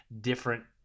different